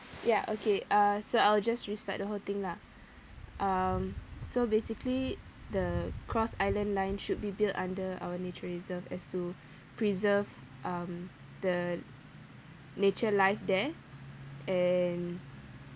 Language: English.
ya okay uh so I'll just restart the whole thing lah um so basically the cross island line should be built under our nature reserve as to preserve um the nature life there and